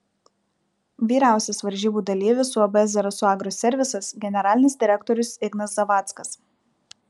vyriausias varžybų dalyvis uab zarasų agroservisas generalinis direktorius ignas zavackas